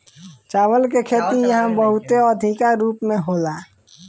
चावल के खेती इहा बहुते अधिका रूप में होला